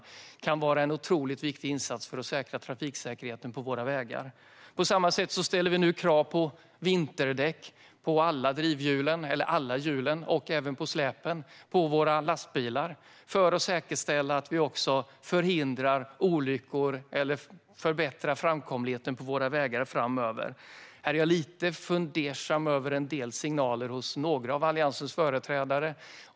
Detta kan vara en otroligt viktig insats för att säkra trafiksäkerheten på vägarna. På samma sätt ställer vi nu krav på vinterdäck på lastbilars alla hjul och på släp för att säkerställa att vi förhindrar olyckor eller förbättrar framkomligheten på vägarna framöver. Här är jag lite fundersam över signalerna från några av Alliansens företrädare.